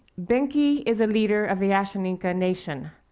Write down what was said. benki is a leader of the ashaninka nation.